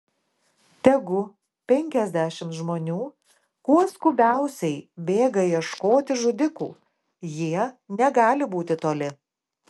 tegu penkiasdešimt žmonių kuo skubiausiai bėga ieškoti žudikų jie negali būti toli